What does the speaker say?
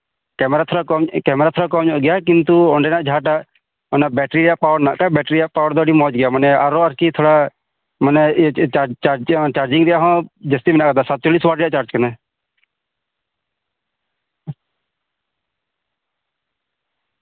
camera ᱛᱷᱚᱲᱟ ᱠᱚᱢ ᱧᱚᱜ ᱠᱮᱢᱮᱨᱟ ᱛᱷᱚᱲᱟ ᱠᱚᱢ ᱧᱚᱜ ᱜᱮᱭᱟ ᱠᱤᱱᱛᱩ ᱚᱸᱰᱮᱱᱟᱜ ᱡᱟᱦᱟᱸᱴᱟᱜ ᱚᱱᱟ ᱨᱮᱭᱟᱜ ᱡᱟᱦᱟᱸ ᱵᱮᱴᱨᱤ ᱨᱮᱭᱟᱜ ᱯᱟᱣᱟᱨ ᱢᱮᱱᱟᱜ ᱛᱟᱭ ᱚᱱᱟ ᱵᱮᱴᱨᱤ ᱨᱮᱭᱟᱜ ᱯᱟᱣᱟᱨ ᱫᱚ ᱟᱹᱰᱤ ᱢᱚᱸᱡ ᱜᱮᱭᱟ ᱢᱟᱱᱮ ᱟᱨᱚ ᱟᱨᱠᱤ ᱛᱷᱚᱲᱟ ᱚᱱᱟ ᱪᱟᱼᱪᱟᱨᱡᱤᱝ ᱨᱮᱭᱟᱜ ᱦᱚᱸ ᱡᱟᱥᱛᱤ ᱢᱮᱱᱟᱜ ᱟᱠᱟᱫᱟ ᱥᱟᱛᱪᱚᱞᱞᱤᱥ ᱚᱣᱟᱴ ᱨᱮᱭᱟᱜ ᱪᱟᱨᱡ ᱠᱟᱱᱟ